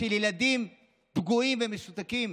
של ילדים פגועים ומשותקים,